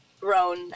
grown